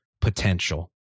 potential